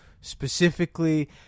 specifically